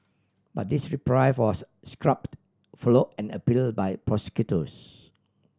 but his reprieve was scrubbed follow an appeal by prosecutors